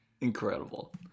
Incredible